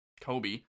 Kobe